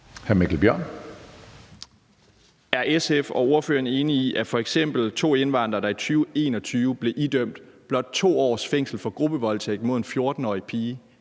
Er SF og ordføreren enig i, at f.eks. straffen til to indvandrere, der i 2021 blev idømt blot 2 års fængsel for gruppevoldtægt mod en 14-årig pige,